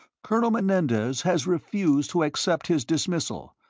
colonel menendez has refused to accept his dismissal,